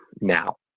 now